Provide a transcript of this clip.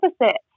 opposite